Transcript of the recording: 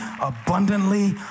abundantly